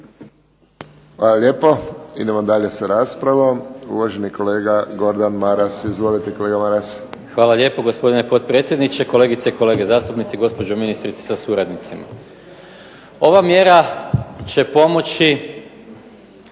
Hvala lijepo. Idemo dalje sa raspravom. Uvaženi kolega Gordan Maras. Izvolite, kolege Maras. **Maras, Gordan (SDP)** Hvala lijepo, gospodine potpredsjedniče. Kolegice i kolege zastupnici. Gospođo ministrice sa suradnicima. Ova mjera će pomoći